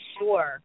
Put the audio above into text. sure